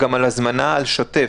גם על הזמנה על שוטף,